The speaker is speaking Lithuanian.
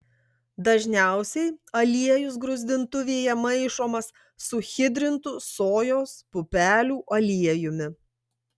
dažniausiai aliejus gruzdintuvėje maišomas su hidrintu sojos pupelių aliejumi